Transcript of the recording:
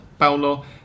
Paulo